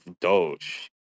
Doge